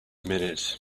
minute